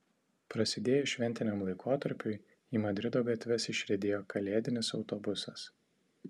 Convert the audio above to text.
prasidėjus šventiniam laikotarpiui į madrido gatves išriedėjo kalėdinis autobusas